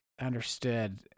understood